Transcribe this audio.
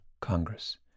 Congress